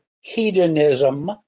hedonism